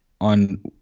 on